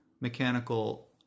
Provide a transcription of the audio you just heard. mechanical